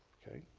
ok.